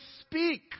speak